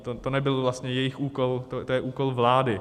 To nebyl vlastně jejich úkol, to je úkol vlády.